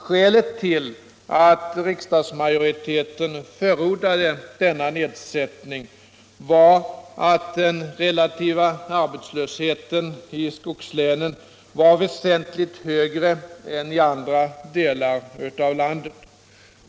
Skälet till att riksdagsmajoriteten förordade denna nedsättning var att den relativa arbetslösheten i skogslänen var väsentligt högre än i andra delar av landet.